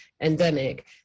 endemic